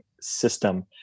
system